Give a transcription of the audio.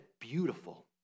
beautiful